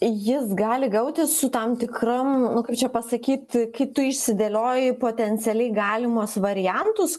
jis gali gautis su tam tikra nu kaip čia pasakyt kai tu išsidėlioji potencialiai galimus variantus